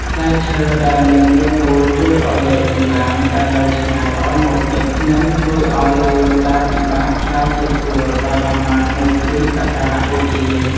ផ្លែឈើដែលមានរាងមូលជួយឱ្យលាភសំណាងដែលនៅឆ្ងាយឱ្យមកជិត និង ជួយឱ្យរឿងដែលពិបាកក្លាយជាស្រួលដោយអំណាចនៃគ្រឿងសក្ការៈបូជា។